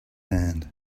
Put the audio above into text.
hand